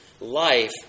life